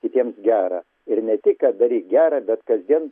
kitiems gera ir ne tik kad daryk gera bet kasdien